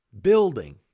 building